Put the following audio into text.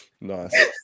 Nice